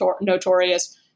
notorious